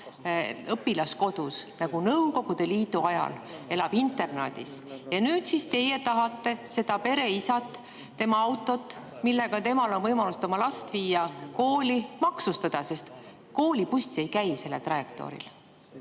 õpilaskodus. Nagu Nõukogude Liidu ajal elab internaadis. Nüüd siis teie tahate seda pereisa, tema autot, millega temal on võimalus oma laps viia kooli, maksustada, sest koolibussi ei käi sellel trajektooril.